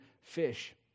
fish